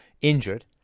injured